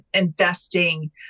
investing